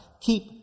Keep